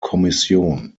kommission